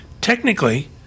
Technically